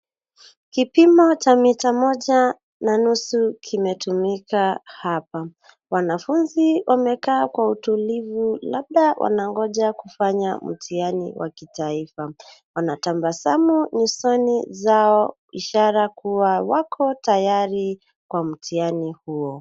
KIpimo cha mita moja na nusu kimetumika hapa. Wanafunzi wamekaa kwa utulivu labda wanangoja kufanya mtihani wa kitaifa. Wanatabasamu nyusoni zao ishara kuwa wako tayari kwa mtihani huo.